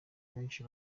benshi